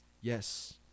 Yes